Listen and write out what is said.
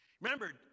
Remember